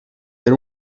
per